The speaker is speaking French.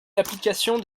l’application